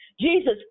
Jesus